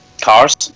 cars